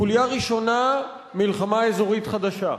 חוליה ראשונה, מלחמה אזורית חדשה,